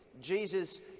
Jesus